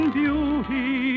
beauty